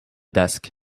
desk